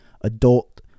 adult